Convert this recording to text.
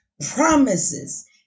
promises